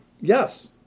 Yes